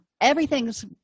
Everything's